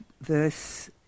verse